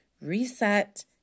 reset